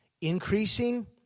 increasing